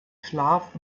schlaf